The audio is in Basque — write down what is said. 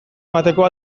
emateko